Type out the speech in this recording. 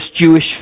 Jewish